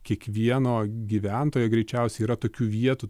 kiekvieno gyventojo greičiausiai yra tokių vietų